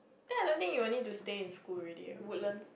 then I don't think you will need to stay in school already eh Woodlands